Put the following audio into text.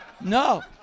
No